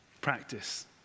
practice